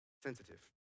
sensitive